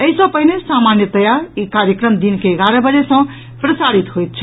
एहि सँ पहिने सामान्यतया ई कार्यक्रम दिन के एगारह बजे सँ प्रसारित होइत छल